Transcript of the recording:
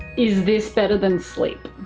is this better than sleep?